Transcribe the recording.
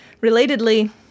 relatedly